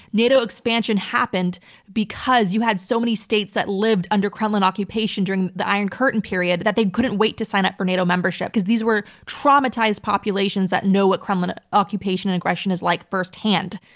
nato expansion happened because you had so many states that lived under kremlin occupation during the iron curtain period that they couldn't wait to sign up for nato membership, because these were traumatized populations that know what kremlin ah occupation and aggression is like firsthand.